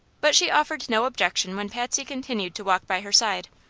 but she offered no objection when patsy continued to walk by her side.